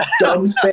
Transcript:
dumb